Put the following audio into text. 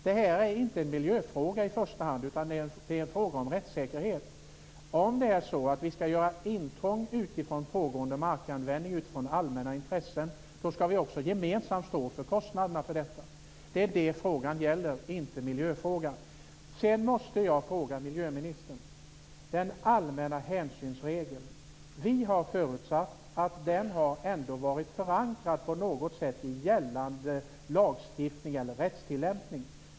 Detta är inte en miljöfråga i första hand utan en fråga om rättssäkerhet. Om vi skall göra intrång utifrån pågående markanvändning och utifrån allmänna intressen skall vi också gemensamt stå för kostnaderna för detta. Det är det frågan gäller, inte miljöfrågan. Sedan måste jag ställa en fråga miljöministern om den allmänna hänsynsregeln. Vi har förutsatt att den ändå har varit förankrad på något sätt i gällande lagstiftning eller rättstillämpning.